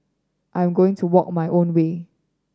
I am going to walk my own way